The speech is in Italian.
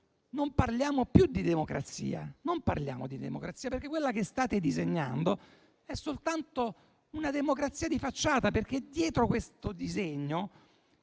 Non parliamo di democrazia, perché quella che state disegnando è soltanto una democrazia di facciata. Dietro questo disegno,